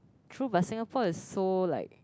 true but Singapore is so like